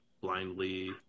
blindly